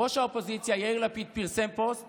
ראש האופוזיציה יאיר לפיד פרסם פוסט